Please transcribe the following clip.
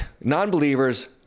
non-believers